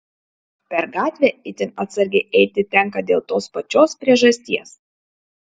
per gatvę itin atsargiai eiti tenka dėl tos pačios priežasties